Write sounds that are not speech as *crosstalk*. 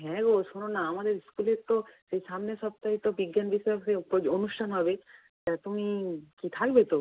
হ্যাঁ গো শোনো না আমাদের স্কুলের তো ওই সামনের সপ্তাহে তো বিজ্ঞান বিষয়ের *unintelligible* অনুষ্ঠান হবে তা তুমি কি থাকবে তো